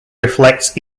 reflects